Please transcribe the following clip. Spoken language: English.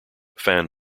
fan